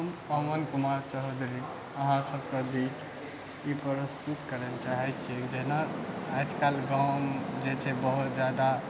हम पवन कुमार चौधरी अहाँ सबके बीच ई प्रस्तुत करय चाहै छी जेना आज कल गाँव जे छै बहुत जादा